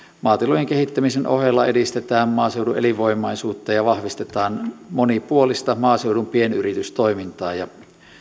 maatilojen kehittämisen ohella edistetään maaseudun elinvoimaisuutta ja vahvistetaan monipuolista maaseudun pienyritystoimintaa ja